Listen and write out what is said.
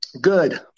Good